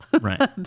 Right